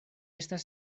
estas